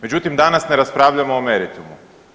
Međutim danas ne raspravljamo o meritumu.